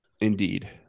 Indeed